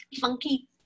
funky